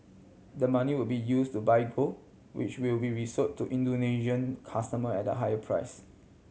the money would be use to buy gold which will be resold to Indonesian customer at a higher price